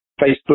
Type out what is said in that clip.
Facebook